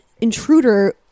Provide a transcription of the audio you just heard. intruder